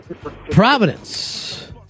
Providence